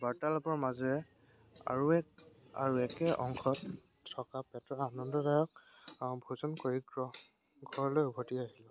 বাৰ্তালাপৰ মাজেৰে আৰু এক আৰু একে অংশত থকা পেটৰ আনন্দদায়ক ভোজন কৰি গ্ৰহ ঘৰলৈ উভতি আহিলোঁ